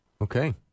Okay